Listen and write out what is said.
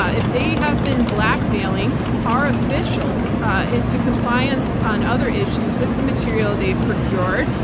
ah if they have been blackmailing our officials into compliance on other issues with the material they've procured,